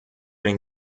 den